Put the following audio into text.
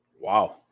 Wow